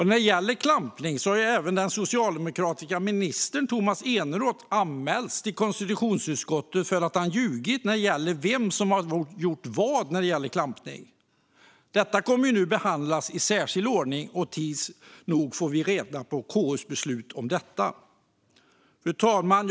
När det gäller klampning har ju även den socialdemokratiska ministern Tomas Eneroth anmälts till konstitutionsutskottet för att ha ljugit om vem som har gjort vad när det gäller klampning. Detta kommer nu att behandlas i särskild ordning, och tids nog får vi reda på KU:s beslut. Fru talman!